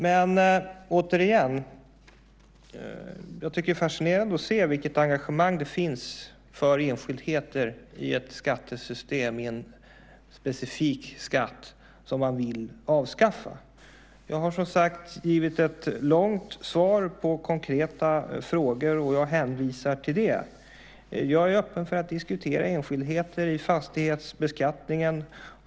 Det är fascinerande att se vilket engagemang det finns för enskildheter i ett skattesystem i en specifik skatt som man vill avskaffa. Jag har, som sagt, givit ett långt svar på konkreta frågor. Jag hänvisar till det. Jag är öppen för att diskutera enskildheter i fastighetsbeskattningen.